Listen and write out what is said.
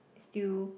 still